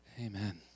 Amen